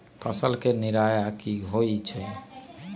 फसल के निराया की होइ छई?